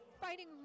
fighting